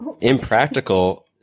impractical